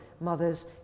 mothers